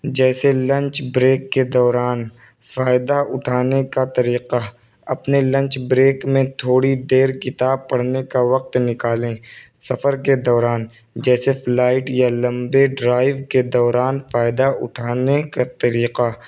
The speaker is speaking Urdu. جیسے لنچ بریک کے دوران فائدہ اٹھانے کا طریقہ اپنے لنچ بریک میں تھوڑی دیر کتاب پڑھنے کا وقت نکالیں سفر کے دوران جیسے فلائٹ یا لمبے ڈرائیو کے دوران فائدہ اٹھانے کا طریقہ